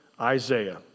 Isaiah